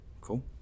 cool